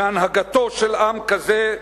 והנהגתו של עם כזה,